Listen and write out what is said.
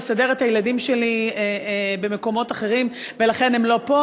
לסדר את הילדים שלי במקומות אחרים ולכן הם לא פה.